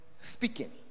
speaking